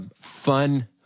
fun